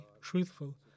truthful